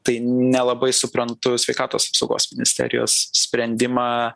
tai nelabai suprantu sveikatos apsaugos ministerijos sprendimą